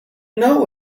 know